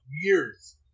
years